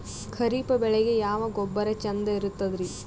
ಖರೀಪ್ ಬೇಳಿಗೆ ಯಾವ ಗೊಬ್ಬರ ಚಂದ್ ಇರತದ್ರಿ?